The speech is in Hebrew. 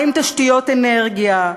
מה עם תשתיות אנרגיה,